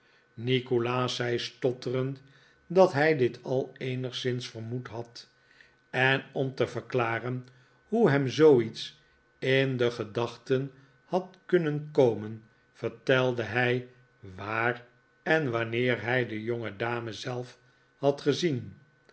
nikolaas zei stotterend dat hij dit al eenigszins vermoed had en om te verklaren hoe hem zooiets in de gedachten had kunnen komen vertelde hij waar en wanneer hij de jongedame zelf had gezien